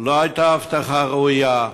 לא הייתה אבטחה ראויה.